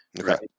right